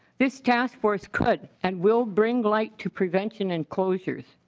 this task force could and will bring light to prevention and closure.